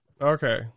okay